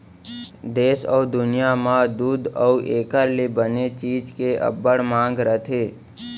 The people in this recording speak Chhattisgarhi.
देस अउ दुनियॉं म दूद अउ एकर ले बने चीज के अब्बड़ मांग रथे